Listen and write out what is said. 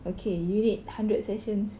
okay you need hundred sessions